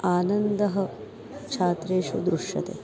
आनन्दः छात्रेषु दृश्यते